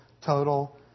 total